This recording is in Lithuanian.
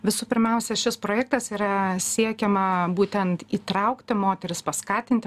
visų pirmiausia šis projektas yra siekiama būtent įtraukti moteris paskatinti